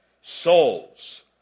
souls